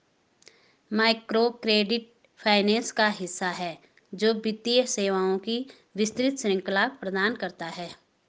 microcredit finance का हिस्सा है, जो वित्तीय सेवाओं की विस्तृत श्रृंखला प्रदान करता है